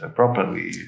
properly